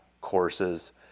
courses